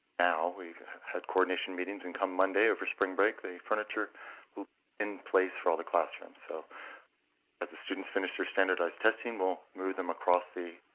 now. we've had coordination meetings. and come monday, over spring break, the furniture will be in place for all the classrooms. so as the students finish their standardized testing, we'll move them across the